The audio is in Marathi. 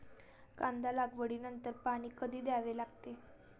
कांदा लागवडी नंतर पाणी कधी द्यावे लागते?